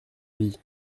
vie